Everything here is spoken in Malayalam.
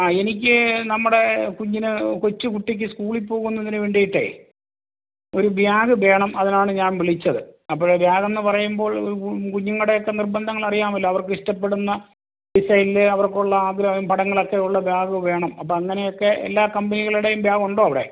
ആ എനിക്ക് നമ്മുടെ കുഞ്ഞിന് കൊച്ചുകുട്ടിക്ക് സ്കൂളിൽ പോകുന്നതിന് വേണ്ടിയിട്ടെ ഒരു ബ്യാഗ് ബേണം അതിനാണ് ഞാൻ വിളിച്ചത് അപ്പോൾ ബ്യാഗ് എന്ന് പറയുമ്പോൾ ഒരു കുഞ്ഞുങ്ങളുടെയൊക്കെ നിർബന്ധങ്ങൾ അറിയാമല്ലോ അവർക്ക് ഇഷ്ടപ്പെടുന്ന ഡിസൈനിൽ അവർക്കുള്ള ആഗ്രഹം പടങ്ങളൊക്കെ ഉള്ള ബാഗ് വേണം അപ്പം അങ്ങനെയൊക്കെ എല്ലാ കമ്പനികളുടെയും ബ്യാഗുണ്ടോ അവിടെ